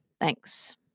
Thanks